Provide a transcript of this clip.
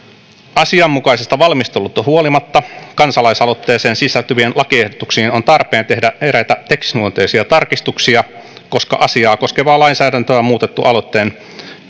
asianmukaisesta valmistelusta huolimatta kansalaisaloitteeseen sisältyviin lakiehdotuksiin on tarpeen tehdä eräitä teknisluonteisia tarkistuksia koska asiaa koskevaa lainsäädäntöä on muutettu aloitteen